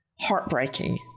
heartbreaking